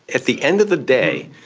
at the end of the day,